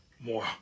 More